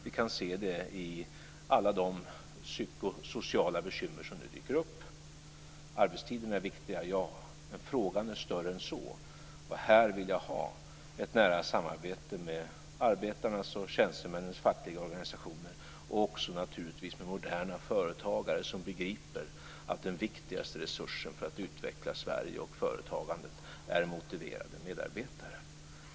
Vi kan se det i alla de psykosociala bekymmer som nu dyker upp. Arbetstiderna är viktiga - ja, men frågan är större än så. Här vill jag ha ett nära samarbete med arbetarnas och tjänstemännens fackliga organisationer och också, naturligtvis, med moderna företagare som begriper att den viktigaste resursen för att utveckla Sverige och företagandet är motiverade medarbetare.